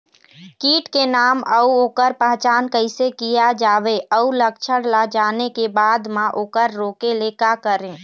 कीट के नाम अउ ओकर पहचान कैसे किया जावे अउ लक्षण ला जाने के बाद मा ओकर रोके ले का करें?